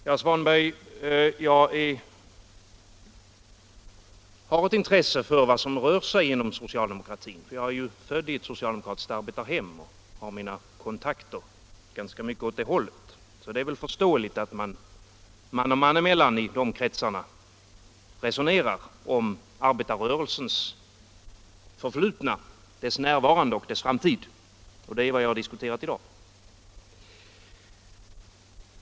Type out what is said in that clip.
Herr talman! Ja, herr Svanberg, jag har ett intresse för vad som rör sig inom socialdemokratin. Jag är född i ett socialdemokratiskt arbetarhem och har mina kontakter ganska mycket åt det hållet, så det är väl förståeligt att man och man emellan i de kretsarna resonera om arbetarrörelsens förflutna, dess närvarande och dess framtid. Det är vad jag har diskuterat i dag.